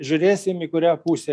žiūrėsim į kurią pusę